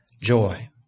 joy